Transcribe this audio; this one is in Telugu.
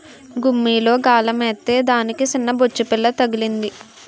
గుమ్మిలో గాలమేత్తే దానికి సిన్నబొచ్చుపిల్ల తగిలింది